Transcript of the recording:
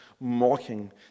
mocking